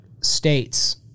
states